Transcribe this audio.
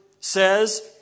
says